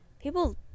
people